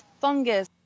fungus